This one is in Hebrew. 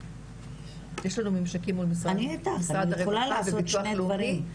יש לנו ממשקים מול משרד הרווחה וביטוח לאומי,